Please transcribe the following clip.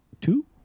two